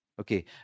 Okay